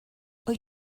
wyt